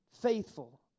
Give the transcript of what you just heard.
Faithful